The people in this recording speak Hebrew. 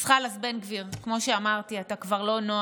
אז חלאס, בן גביר, כמו שאמרתי, אתה כבר לא נער.